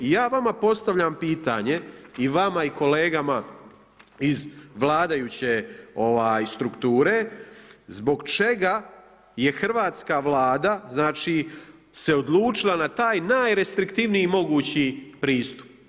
Ja vama postavljam pitanje, i vama i kolegama iz vladajuće strukture, zbog čega je hrvatska Vlada se odlučila na taj najrestriktivniji mogući pristup?